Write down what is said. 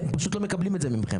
הם פשוט לא מקבלים את זה מכם.